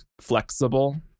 flexible